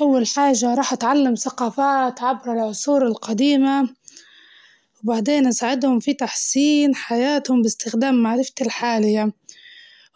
أول حاجة راح أتعلم سقافات عبر العصور القديمة، وبعدين أساعدهم في تحسين حياتهم باستخدام معرفتي الحالية